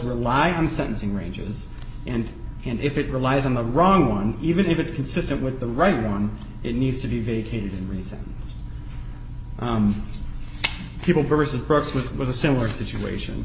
rely on sentencing ranges and and if it relies on the wrong one even if it's consistent with the right one it needs to be vacated and resent people versus probs with was a similar situation